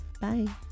bye